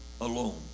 alone